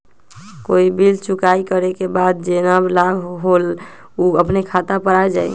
कोई बिल चुकाई करे के बाद जेहन लाभ होल उ अपने खाता पर आ जाई?